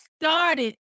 started